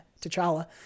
T'Challa